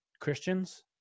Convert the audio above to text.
Christians